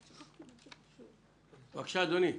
בבקשה, אדוני.